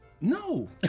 No